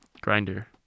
Grinder